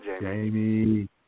Jamie